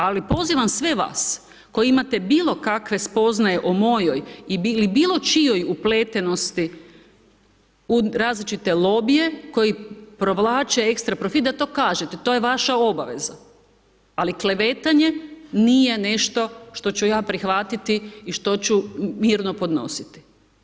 Ali pozivam sve vas koji imate bilo kakve spoznaje o mojoj ili bilo čijoj upletenosti u različite lobije, koji provlače ekstra profit, da to kažete, to je vaša obaveza, ali klevetanje nije nešto što ću ja prihvatiti i što ću mirno podnositi.